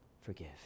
Forgive